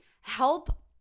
help